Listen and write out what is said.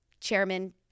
Chairman